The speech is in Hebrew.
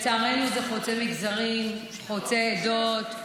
לצערנו זה חוצה מגזרים, חוצה עדות.